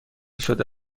شده